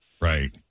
Right